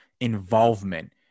involvement